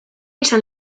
izan